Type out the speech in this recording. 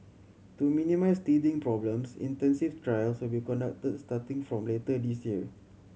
to minimise teething problems intensive trials will be conducted starting from later this year